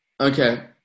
okay